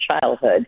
childhood